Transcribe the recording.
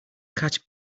catch